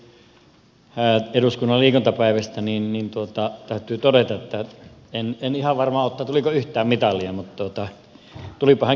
kun täällä on hyvin paljon puhuttu eduskunnan liikuntapäivästä niin täytyy todeta että en ihan varma ole tuliko yhtään mitalia mutta tulipahan kierrettyä